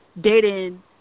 dating